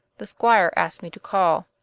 the squire asked me to call.